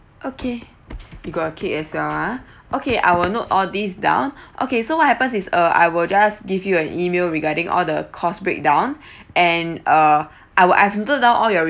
okay you got a kid as well ha okay I will note all these down okay so what happens is uh I will just give you an E-mail regarding all the cost breakdown and uh I will I have noted down all your remarks